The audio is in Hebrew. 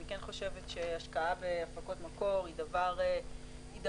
אני כן חושבת שהשקעה בהפקות מקור היא דבר חשוב